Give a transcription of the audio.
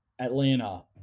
Atlanta